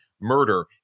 murder